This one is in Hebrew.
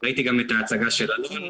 ראיתי גם את ההצגה של אלון.